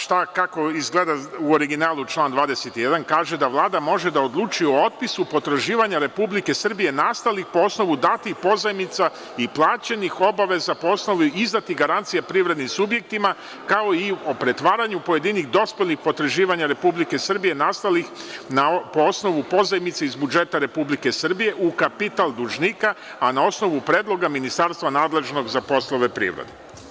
Šta i kako izgleda u originalu član 21, kaže da Vlada može da odluči o otpisu potraživanja Republike Srbije nastalih po osnovu datih pozajmica i plaćenih obaveza po osnovu izdatih garancija privrednim subjektima, kao i o pretvaranju pojedinih dospelih potraživanja Republike Srbije nastalih po osnovu pozajmice iz budžeta Republike Srbije u kapital dužnika, a na osnovu predloga ministarstva nadležnog za poslove privrede.